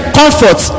comfort